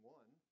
one